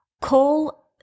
Call